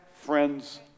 friends